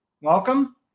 Welcome